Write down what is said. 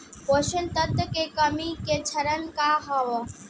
पोषक तत्व के कमी के लक्षण का वा?